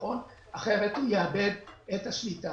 אחרת הוא יאבד את השליטה.